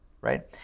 Right